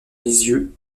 lisieux